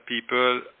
people